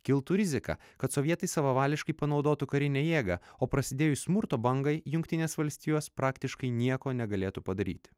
kiltų rizika kad sovietai savavališkai panaudotų karinę jėgą o prasidėjus smurto bangai jungtinės valstijos praktiškai nieko negalėtų padaryti